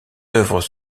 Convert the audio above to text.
œuvres